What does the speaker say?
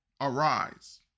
arise